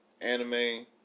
anime